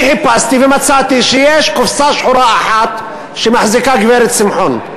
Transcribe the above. אני חיפשתי ומצאתי שיש קופסה שחורה אחת שמחזיקה גברת שמחון.